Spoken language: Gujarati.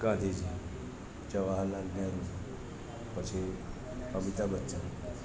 ગાંધીજી જવાહર લાલ નહેરુ પછી અમિતાભ બચ્ચન